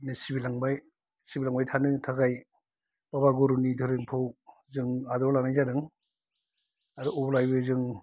बे सिबिलांबाय सिबिलांबाय थानो थाखाय प्रभा गुरिनि ध्रोरोमखो जों आजावना लानाय जादों आरो अरायबो जों